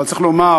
אבל צריך לומר,